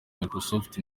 microsoft